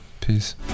peace